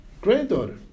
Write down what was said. granddaughter